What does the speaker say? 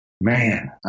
man